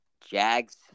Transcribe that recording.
Jags